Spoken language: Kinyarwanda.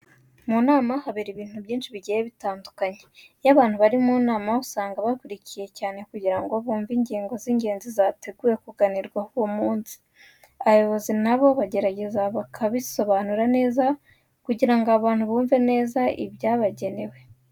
Mu nama habera ibintu byinshi cyane bigiye bitandukanye. Iyo abantu bari mu nama usanga bakurikiye cyane kugira ngo bumve ingingo z'ingenzi ziba zateguwe kuganirwaho uwo munsi. Abayobzi na bo baragerageza bakabisobanura neza kugira ngo abantu bumve neza ibyabagenewe.